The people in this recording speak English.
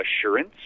assurance